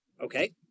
okay